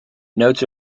notes